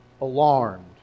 alarmed